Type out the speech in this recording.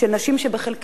של נשים שבחלקן,